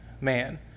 man